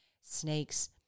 snakes